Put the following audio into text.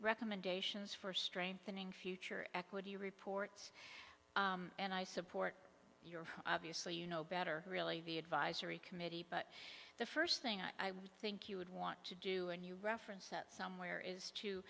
recommendations for strengthening future equity reports and i support your obviously you know better really be advisory committee but the first thing i would think you would want to do and you reference that somewhere is to